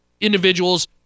individuals